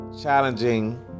Challenging